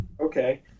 okay